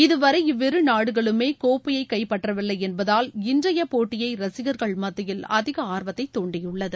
இதுவரை இவ்விரு நாடுகளுமே கோப்பையை கைப்பற்றவில்லை என்பதால் இன்றைய போட்டியை ரசிகர்கள் மத்தியில் அதிக ஆர்வத்தை துண்டியுள்ளது